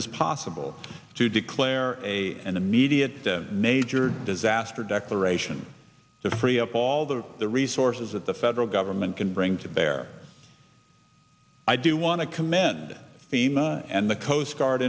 is possible to declare a and immediate major disaster declaration to free up all the the resources that the federal government can bring to bear i do want to commend him and the coast guard